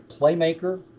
playmaker